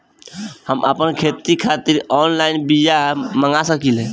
हम आपन खेती खातिर का ऑनलाइन बिया मँगा सकिला?